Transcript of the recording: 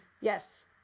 Yes